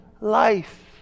life